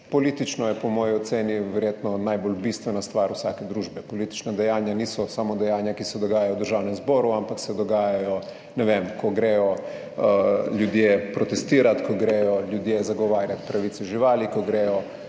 politično je, po moji oceni, verjetno najbolj bistvena stvar vsake družbe. Politična dejanja niso samo dejanja, ki se dogajajo v Državnem zboru, ampak se dogajajo, ne vem, ko grejo ljudje protestirat, ko grejo ljudje zagovarjat pravice živali, v